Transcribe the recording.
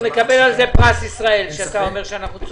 נקבל פרס ישראל על זה שאתה אומר שאנחנו צודקים.